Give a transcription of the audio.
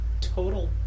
total